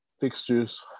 Fixtures